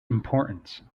importance